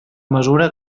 mesura